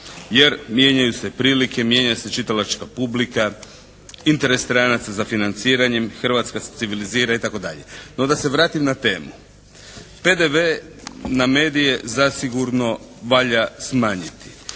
jer mijenjaju se prilike, mijenja se čitalačka publika, interes stranaca za financiranjem, Hrvatska se civilizira itd. No da se vratim na temu. PDV na medije zasigurno valja smanjiti.